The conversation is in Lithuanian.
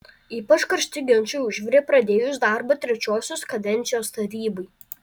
ypač karšti ginčai užvirė pradėjus darbą trečiosios kadencijos tarybai